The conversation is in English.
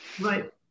Right